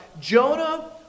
Jonah